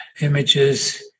images